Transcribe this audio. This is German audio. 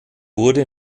wurde